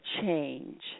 change